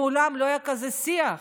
מעולם לא היה כזה שיח.